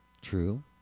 True